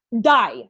die